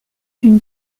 une